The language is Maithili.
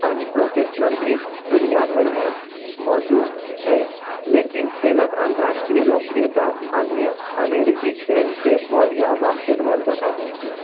अन्य प्रोफेशनल लीग दुनिया भरिमे मौजूद छै लेकिन खेलके अन्तर्राष्ट्रीय लोकप्रियता अन्य अमेरिकी खेल बेसबॉल या बास्केटबॉल जकाँ नहि छै